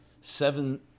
seven